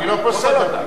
אני לא פוסל אותה.